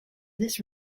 this